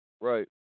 right